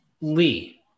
Lee